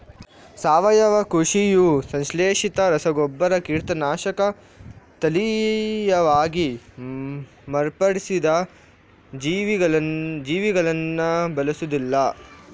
ಸಾವಯವ ಕೃಷಿಯು ಸಂಶ್ಲೇಷಿತ ರಸಗೊಬ್ಬರ, ಕೀಟನಾಶಕ, ತಳೀಯವಾಗಿ ಮಾರ್ಪಡಿಸಿದ ಜೀವಿಗಳನ್ನ ಬಳಸುದಿಲ್ಲ